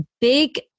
big